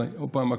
אבל עוד פעם,